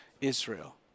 Israel